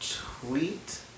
tweet